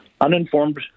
uninformed